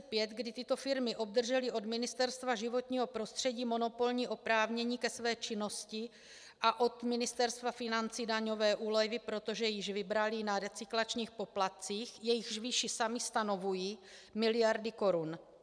Od srpna 2005, kdy tyto firmy obdržely od Ministerstva životního prostředí monopolní oprávnění ke své činnosti a od Ministerstva financí daňové úlevy, protože již vybraly na recyklačních poplatcích, jejichž výši samy stanovují, miliardy korun.